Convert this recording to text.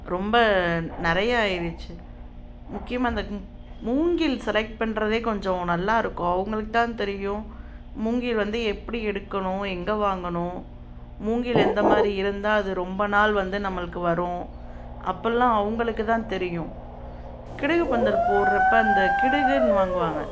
ரொம்ப நிறையா ஆயிருச்சு முக்கியமாக இந்த மூங்கில் செலக்ட் பண்ணுறதே கொஞ்சம் நல்லா இருக்கும் அவங்களுக்குதான் தெரியும் மூங்கில் வந்து எப்படி எடுக்கணும் எங்கே வாங்கணும் மூங்கில் எந்தமாதிரி இருந்தால் அது ரொம்ப நாள் வந்து நம்மளுக்கு வரும் அப்பட்லாம் அவங்களுக்குதான் தெரியும் கிடுகு பந்தல் போடுறப்ப அந்த கிடுகுன்னு வாங்குவாங்கள்